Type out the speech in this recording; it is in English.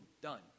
done